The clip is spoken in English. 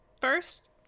first